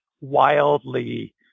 wildly